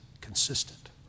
consistent